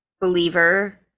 believer